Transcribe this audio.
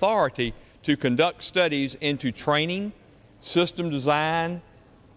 authority to conduct studies into training systems latin